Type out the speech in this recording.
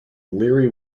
leary